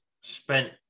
spent